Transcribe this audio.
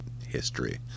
history